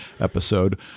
episode